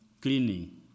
cleaning